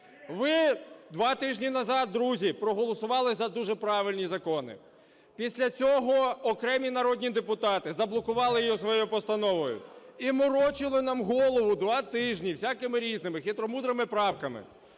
Ви два тижні назад, друзі, проголосували за дуже правильні закони. Після цього окремі народні депутати заблокували його своєю постановою і морочили нам голову два тижні всякими різними хитромудрими правками.